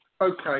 Okay